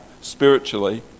spiritually